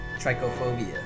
trichophobia